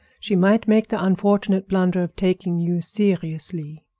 she might make the unfortunate blunder of taking you seriously.